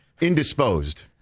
indisposed